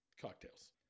cocktails